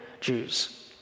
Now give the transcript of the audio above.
Jews